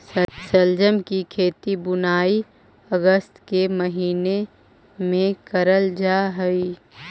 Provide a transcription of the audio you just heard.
शलजम की खेती बुनाई अगस्त के महीने में करल जा हई